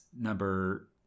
number